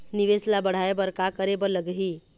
निवेश ला बढ़ाय बर का करे बर लगही?